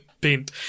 Bent